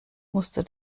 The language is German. musste